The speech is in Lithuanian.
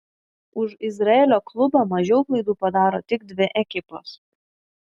už izraelio klubą mažiau klaidų padaro tik dvi ekipos